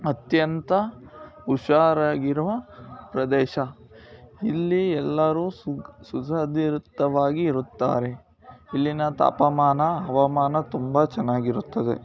ಅತ್ಯಂತ ಹುಷಾರಾಗಿರುವ ಪ್ರದೇಶ ಇಲ್ಲಿ ಎಲ್ಲರೂ ಸುಗ್ ಸುಝದಿರುತ್ತವಾಗಿ ಇರುತ್ತಾರೆ ಇಲ್ಲಿನ ತಾಪಮಾನ ಹವಾಮಾನ ತುಂಬ ಚೆನ್ನಾಗಿರುತ್ತದೆ